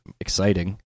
exciting